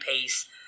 Pace